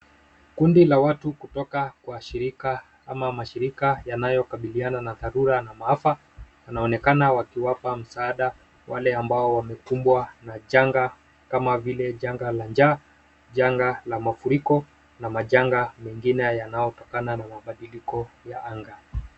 Kundi la watu kutoka kwa shirika ama mashirika yanayo kabiriana na dharura na maafa yanaonekana wakiwapa msaada wale ambao wamekumbwa na changa kama vile janga la njaa, janga la mafuriko na majanga mengine yanayotokana na mabadiliko ya anga.